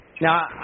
Now